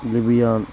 lebanon